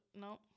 No